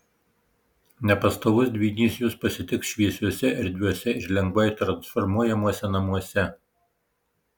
nepastovus dvynys jus pasitiks šviesiuose erdviuose ir lengvai transformuojamuose namuose